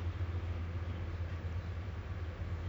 you game also what game